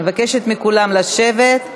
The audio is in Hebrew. אני מבקשת מכולם לשבת.